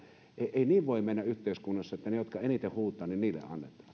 ei niin voi mennä yhteiskunnassa että niille annetaan jotka eniten huutavat vaan